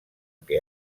que